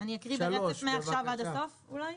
אני אקריא ברצף מעכשיו עד הסוף אולי?